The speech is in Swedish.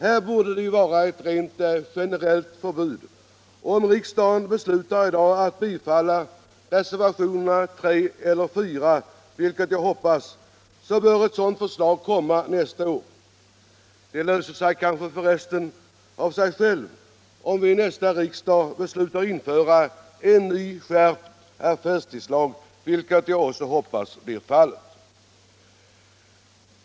Här borde det ju vara ett rent generellt förbud, och om riksdagen beslutar att bifalla reservationerna 3 eller 4 — vilket jag hoppas — bör ett sådant förslag komma nästa år. Problemet löser sig kanske för resten av sig självt, om vi nästa riksdag beslutar införa en ny skärpt affärstidslag, vilket jag också hoppas skall bli fallet.